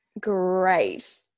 Great